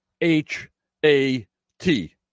H-A-T